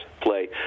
play